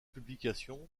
publications